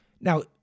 now